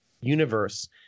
universe